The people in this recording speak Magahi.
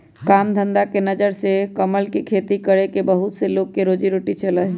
काम धंधा के नजर से कमल के खेती करके बहुत से लोग के रोजी रोटी चला हई